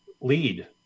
lead